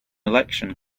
election